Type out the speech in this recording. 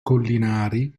collinari